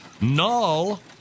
null